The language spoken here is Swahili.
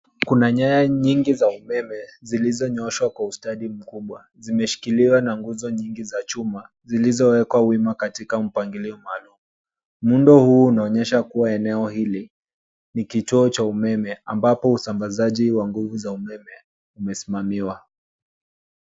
Kuna nyaya nyingi za umeme zilizonyooshwa kwa ustadi mkubwa. Zimeshikiliwa na nguzo nyingi za chuma zilizowekwa wima katika mpangilio maalum. Muundo huu unaonyesha kuwa eneo hili ni kituo cha umeme ambapo usambazaji wa nguvu za umeme umesimamiwa.